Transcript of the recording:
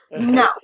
No